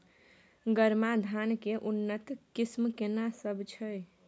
गरमा धान के उन्नत किस्म केना सब छै?